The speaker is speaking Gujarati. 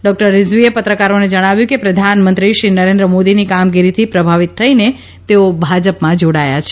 ડોકટર રીઝવીએ પત્રકારોને જણાવ્યું કે પ્રધાનમંત્રીશ્રી નરેન્દ્ર મોદીની કામગીરીથી પ્રભાવિત થઇને તેઓ ભાજપમાં જોડાયા છે